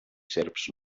serps